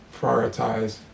prioritize